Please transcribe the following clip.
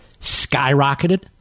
skyrocketed